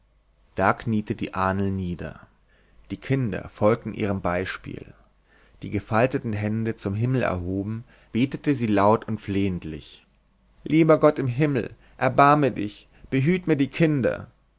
da kniete die ahnl nieder die kinder folgten ihrem beispiel die gefalteten hände zum himmel erhoben betete sie laut und flehentlich lieber gott im himmel erbarme dich behüt mir die kinder